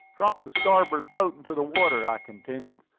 drop the starboard boat into the water, i continued.